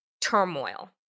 turmoil